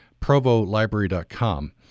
provolibrary.com